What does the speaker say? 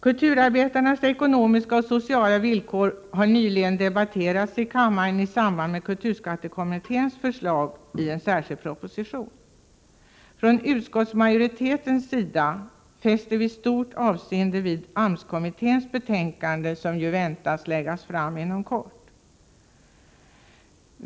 Kulturarbetarnas ekonomiska och sociala villkor har nyligen debatterats i kammaren i samband med kulturskattekommitténs förslag i en särskild proposition. Från utskottsmajoritetens sida fäster vi stort avseende vid AMS-kommitténs betänkande, som ju väntas läggas fram inom kort.